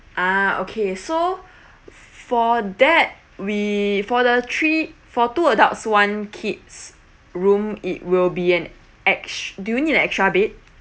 ah okay so f~ for that we for the three for two adults one kid's room it will be an ext~ do you need an extra bed